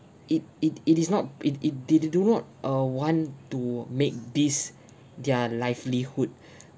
it it it is not it it they do do not err want to make this their livelihood